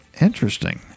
interesting